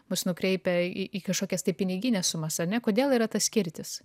bus nukreipę į kažkokias tai pinigines sumas ane kodėl yra ta skirtis